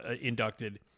inducted